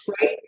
right